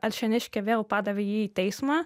alšėniškė vėl padavė jį į teismą